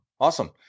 Awesome